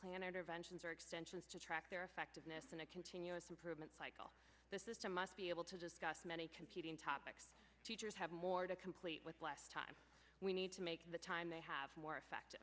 planet or vengeance or extensions to track their effectiveness in a continuous improvement cycle the system must be able to discuss many competing topics teachers have more to complete with less time we need to make the time they have more effective